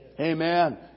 Amen